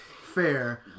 Fair